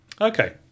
Okay